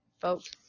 folks